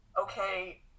okay